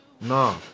No